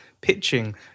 pitching